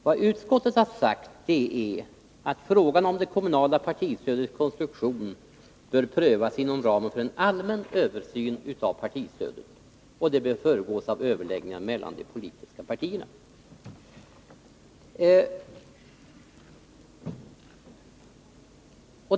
Vad utskottet har sagt är att frågan om det kommunala partistödets konstruktion bör prövas inom ramen för en allmän översyn av partistödet, och det bör föregås av överläggningar mellan de politiska partierna.